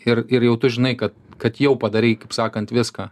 ir ir jau tu žinai kad kad jau padarei kaip sakant viską